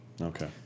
Okay